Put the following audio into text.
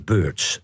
Birds